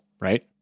right